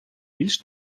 більш